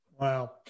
Wow